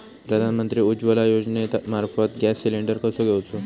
प्रधानमंत्री उज्वला योजनेमार्फत gas cylinder कसो घेऊचो?